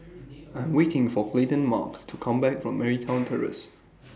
I'm waiting For Coleton to Come Back from Marymount Terrace